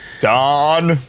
Don